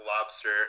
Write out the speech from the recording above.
lobster